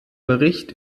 bericht